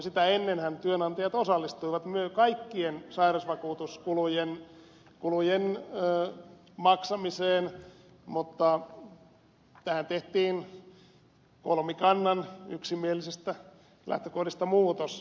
sitä ennenhän työnantajat osallistuivat kaikkien sairausvakuutuskulujen maksamiseen mutta tähän tehtiin kolmikannan yksimielisistä lähtökohdista muutos